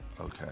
okay